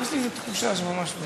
יש לי תחושה שממש לא.